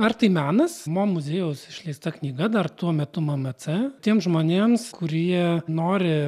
ar tai menas mo muziejaus išleista knyga dar tuo metu mmc tiems žmonėms kurie nori